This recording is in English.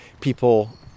people